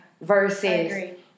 versus